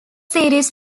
series